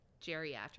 geriatric